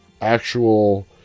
actual